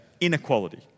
inequality